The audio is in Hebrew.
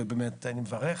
ובאמת אני מברך.